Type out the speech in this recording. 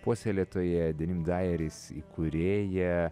puoselėtoja denim dajarys įkūrėja